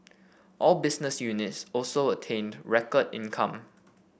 all business units also attained record income